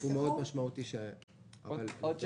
סכום משמעותי מאוד.